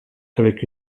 avec